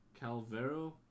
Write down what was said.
Calvero